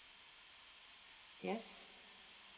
yes